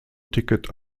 ticket